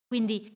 Quindi